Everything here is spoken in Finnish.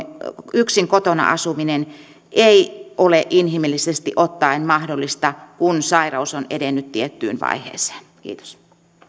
yksin kotona asuminen ei ole inhimillisesti ottaen mahdollista kun sairaus on edennyt tiettyyn vaiheeseen kiitos